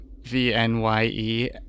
V-N-Y-E